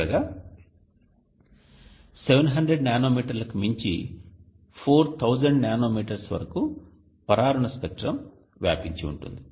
చివరగా 700 నానోమీటర్లకు మించి 4000 నానోమీటర్లు వరకు పరారుణ స్పెక్ట్రం వ్యాపించి ఉంటుంది